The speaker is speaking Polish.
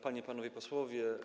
Panie i Panowie Posłowie!